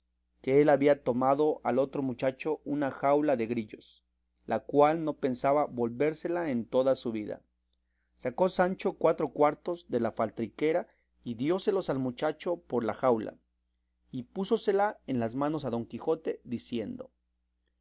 que él había tomado al otro mochacho una jaula de grillos la cual no pensaba volvérsela en toda su vida sacó sancho cuatro cuartos de la faltriquera y dióselos al mochacho por la jaula y púsosela en las manos a don quijote diciendo